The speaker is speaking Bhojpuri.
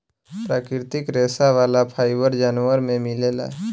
प्राकृतिक रेशा वाला फाइबर जानवर में मिलेला